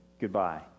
goodbye